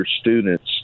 students